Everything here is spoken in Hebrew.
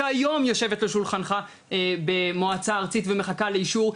שהיום יושבת לשולחנך במועצה ארצית ומחכה לאישור,